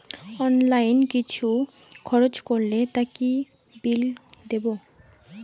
Online কিছু খরচ করলে তার বিল কি করে দেবো?